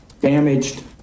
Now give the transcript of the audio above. damaged